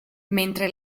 mentre